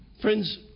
Friends